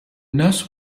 nurse